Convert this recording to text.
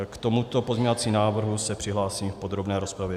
K tomuto pozměňovacímu návrhu se přihlásím v podrobné rozpravě.